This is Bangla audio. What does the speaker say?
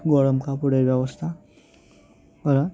গরম কাপড়ের ব্যবস্থা করা